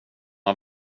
har